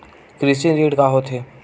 कृषि ऋण का होथे?